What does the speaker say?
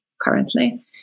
currently